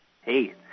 Hey